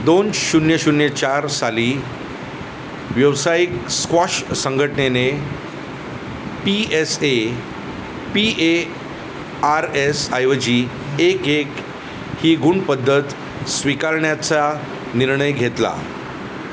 दोन शून्य शून्य चार साली व्यावसायिक स्क्वॉश संघटनेने P S A P A R S ऐवजी एक एक ही गुणपद्धत स्वीकारण्याचा निर्णय घेतला